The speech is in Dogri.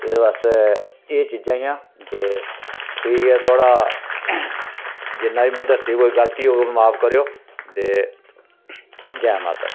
एह्दे वास्तै एह् चीजां हियां ते ठीक ऐ थुआढ़ा जिन्ना बी में दस्सी कोई गलती होग ते माफ करेओ ते जै माता दी